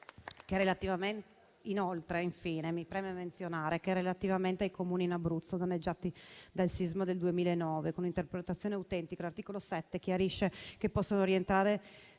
che, relativamente ai Comuni in Abruzzo danneggiati dal sisma del 2009, con un'interpretazione autentica l'articolo 7 chiarisce che possono rientrare